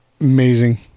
amazing